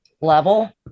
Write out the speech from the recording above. level